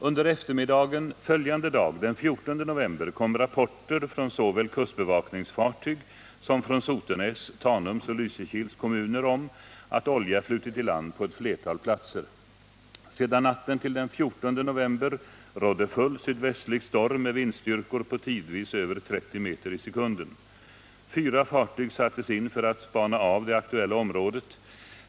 Under eftermiddagen följande dag, den 14 november, kom rapporter såväl från kustbevakningsfartyg som från Sotenäs, Tanums och Lysekils kommuner om att olja flutit i land på ett flertal platser. Sedan natten till den 14 november rådde full sydvästlig storm med vindstyrkor på tidvis över 30 m/ sek. Fyra fartyg sattes in för att spana av det aktuella området.